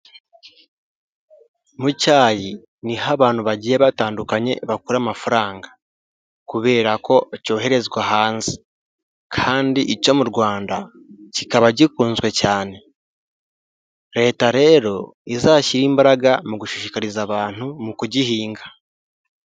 Mu cyayi niho abantu bagiye batandukanye bakura amafaranga, kubera ko cyoherezwa hanze, kandi icyo mu Rwanda kikaba gikunzwe cyane, Leta rero izashyire imbaraga mu gushishikariza abantu, mu kugihinga.